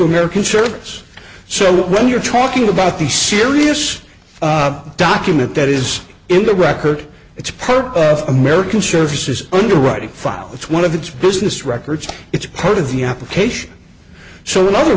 american service so when you're talking about the serious document that is in the record it's part of american services underwriting file with one of its business records it's part of the application so in other